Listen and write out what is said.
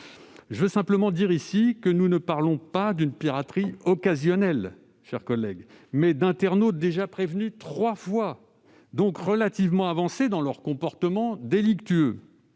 Je veux simplement dire que nous parlons ici non pas d'une piraterie occasionnelle, mais d'internautes déjà prévenus trois fois, donc relativement avancés dans leur comportement délictueux.